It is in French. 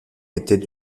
étaient